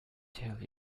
tell